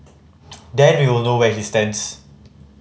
then we will know where he stands